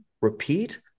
repeat